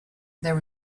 there